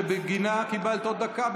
שבגינה קיבלת עוד דקה,